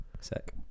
Sick